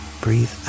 breathe